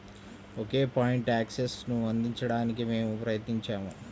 ఒకే point యాక్సెస్ను అందించడానికి మేము ప్రయత్నించాము